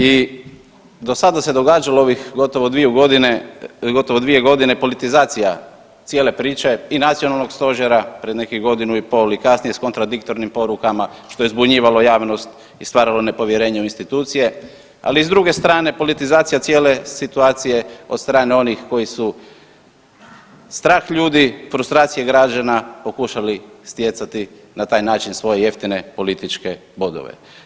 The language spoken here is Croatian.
I do sada se događalo ovih gotovo 2.g. politizacija cijele priče i nacionalnog stožera pred nekih godinu i pol i kasnije s kontradiktornim porukama, što je zbunjivalo javnost i stvaralo nepovjerenje u institucije, ali i s druge strane politizacija cijele situacije od strane onih koji su strah ljudi i frustracije građana pokušali stjecati na taj način svoje jeftine političke bodove.